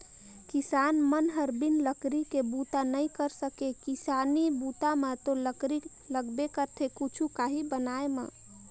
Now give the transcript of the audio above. किसान मन हर बिन लकरी के बूता नइ कर सके किसानी बूता म तो लकरी लगबे करथे कुछु काही बनाय म